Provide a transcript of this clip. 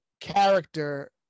character